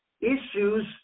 issues